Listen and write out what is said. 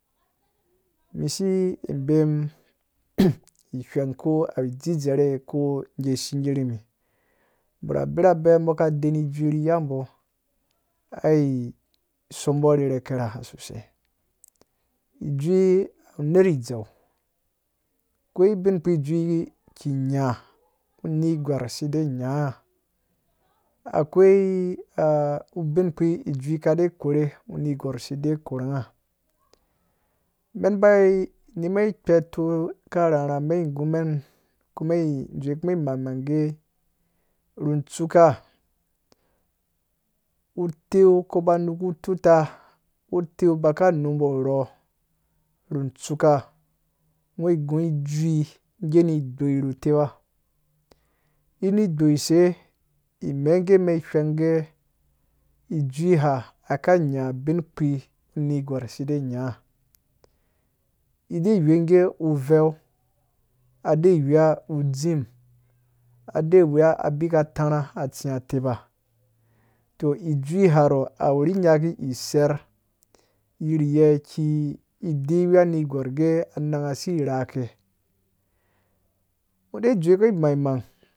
Mum si beyi gwheng ko a dzi ddzerhe ko gee shigee rimi bor abirabe bo ka den ijui ri ya bo ai sombo arherhe sosai ijui awu uner dzeu kayibin kpi ijui ki nya uner gwar sie nya a koyiabin ijui kadkorhe unergwar side korhungha men bai nime kpeto ka rharha men gumen ko men ko men zowe kumen maimang gee ru tsuuka uteu kpoba nukututa uteu baka nuba rhɔɔ tsuuka ngho gũ ijui gee ni gboi nu teba ina gboi se imege me gwhen gee ijui ha ka nya ubinkpi unergwar sie nya ie wenge oven ade weya uzim ade weya abika tãrhã atsiyã teba to ijui ha rɔɔ awuri nyaki i serh yerye ki eyiwe a negwar gee anan gha si rhake ngho ei dzowu mai mang